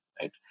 right